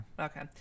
Okay